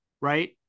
right